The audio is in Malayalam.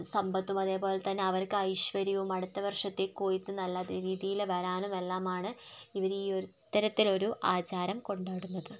സമ്പത്തും അതുപോലെത്തന്നെ അവർക്ക് ഐശ്വര്യവും അടുത്ത വർഷത്തെ കൊയ്ത്ത് നല്ല രീതിയിൽ വരാനും എല്ലാമാണ് ഇവർ ഈ ഒരു ഇത്തരത്തിൽ ഒരു ആചാരം കൊണ്ടാടുന്നത്